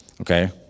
okay